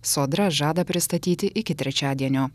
sodra žada pristatyti iki trečiadienio